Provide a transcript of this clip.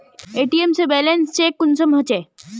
ATM से balance check कुंसम होचे?